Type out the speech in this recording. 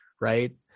right